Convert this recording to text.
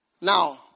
Now